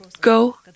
go